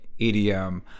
EDM